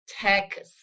tech